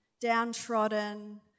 downtrodden